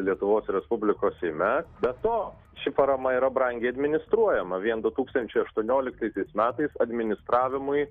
lietuvos respublikos seime be to ši parama yra brangiai administruojama vien du tūkstančiai aštuonioliktaisiais metais administravimui